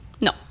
No